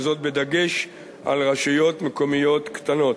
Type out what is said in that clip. וזאת בדגש על רשויות מקומיות קטנות.